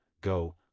go